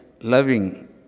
loving